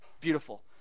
beautiful